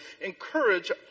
encourage